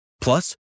Plus